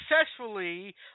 successfully